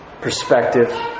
perspective